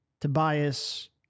Tobias